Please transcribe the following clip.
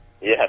Yes